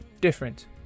different